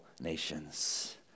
nations